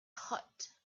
hot